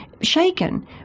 shaken